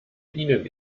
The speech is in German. ihnen